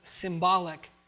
symbolic